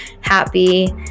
happy